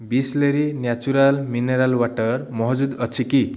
Bisleri natural mineral water ମହଜୁଦ ଅଛି କି